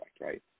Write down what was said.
right